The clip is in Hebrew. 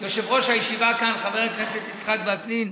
יושב-ראש הישיבה כאן, חבר הכנסת יצחק וקנין,